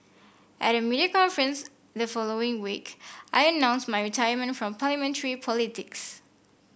at a media conference the following week I announced my retirement from Parliamentary politics